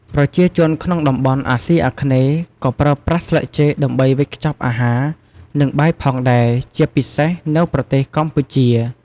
ប្រជាជនក្នុងតំបន់អាស៊ីអាគ្នេយ៍ ក៏ប្រើប្រាស់ស្លឹកចេកដើម្បីវេចខ្ចប់អាហារ និងបាយផងដែរជាពិសេសនៅប្រទេសកម្ពុជា។